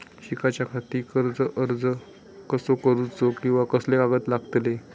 शिकाच्याखाती कर्ज अर्ज कसो करुचो कीवा कसले कागद लागतले?